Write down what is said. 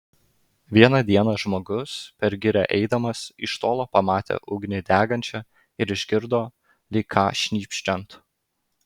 vieną dieną žmogus per girią eidamas iš tolo pamatė ugnį degančią ir išgirdo lyg ką šnypščiant